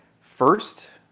first